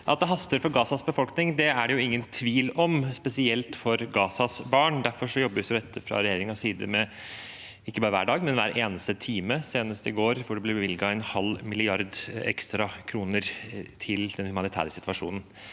At det haster for Gazas befolkning, er det ingen tvil om, spesielt for Gazas barn. Derfor jobbes det fra regjeringens side ikke bare hver dag, men hver eneste time, senest i går da det ble bevilget en halv milliard ekstra kroner til den humanitære situasjonen.